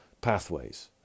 Pathways